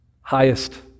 Highest